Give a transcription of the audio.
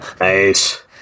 Nice